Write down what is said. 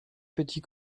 petits